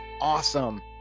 awesome